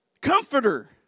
Comforter